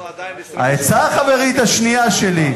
העצה החברית השנייה שלי,